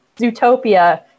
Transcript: Zootopia